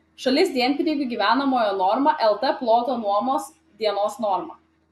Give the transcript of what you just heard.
šalis dienpinigių gyvenamojo norma lt ploto nuomos dienos norma